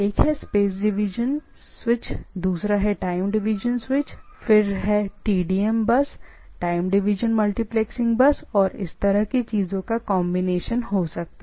एक है space division switch दूसरा है टाइम डिवीजन स्विच फिर है TDM bus time division multiplexing bus और इस तरह की चीजों का कंबीनेशन हो सकता है इन स्विचिंग चीजों का प्रकार